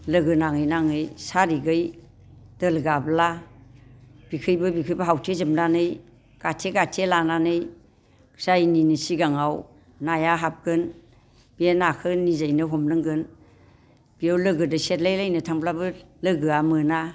लोगो नाङै नाङै सारिगै दोल गाब्ला बिखैबो बिखैबो होथेजोबनानै गाथे गाथे लानानै जायिनिनि सिगाङाव नाया हाबगोन बे नाखो निजैनो हमनांगोन बियाव लोगोदो सेलायलायनो थांब्लाबो लोगोआ मोना